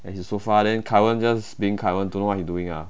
at his sofa then kai wen just being kai wen don't know what he doing ah